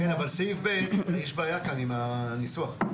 אבל יש בעיה עם הניסוח בסעיף (ב).